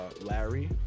Larry